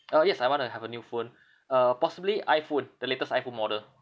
uh yes I want to have a new phone uh possibly iphone the latest iphone model